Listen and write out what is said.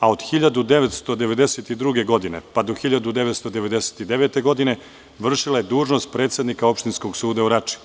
a od 1992. pa do 1999. godine vršila je dužnost predsednika Opštinskog suda u Rači.